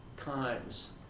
times